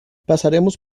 pasaremos